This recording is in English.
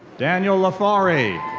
daniel lafaurie.